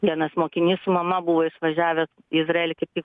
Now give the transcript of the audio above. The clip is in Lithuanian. vienas mokinys su mama buvo išvažiavęs į izraelį kaip tik